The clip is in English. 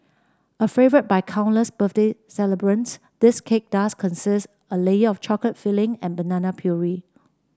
a favourite by countless birthday celebrants this cake does consist a layer of chocolate filling and banana puree